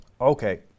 Okay